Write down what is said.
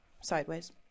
sideways